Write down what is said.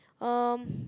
um